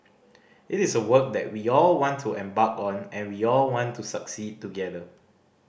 it is a work that we all want to embark on and we all want to succeed together